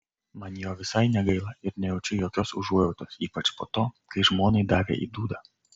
man jo visai negaila ir nejaučiu jokios užuojautos ypač po to kai žmonai davė į dūdą